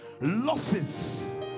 losses